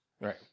right